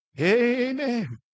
Amen